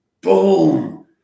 Boom